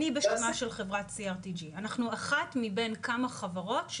אנחנו אחת מבין כמה חברות,